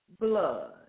blood